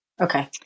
Okay